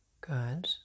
Good